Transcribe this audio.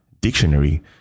dictionary